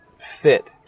fit